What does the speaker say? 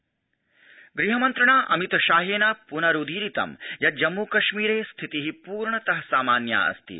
अमित शाह गृहमन्त्रिणा अमित शाहेन प्नरुदीरितं यत् जम्मू कश्मीरे स्थिति पूर्णत सामान्या अस्ति